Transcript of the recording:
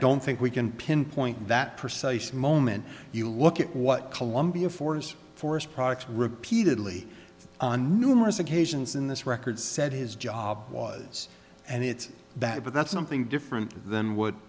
don't think we can pinpoint that precise moment you look at what colombia foreigners forest products repeatedly on numerous occasions in this record said his job was and it's bad but that's something different than what